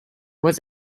was